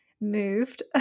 moved